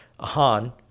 Ahan